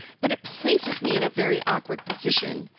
but it places me in a very awkward position.